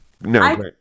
No